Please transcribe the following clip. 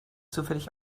zufällig